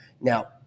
Now